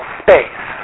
space